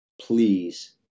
please